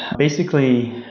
basically,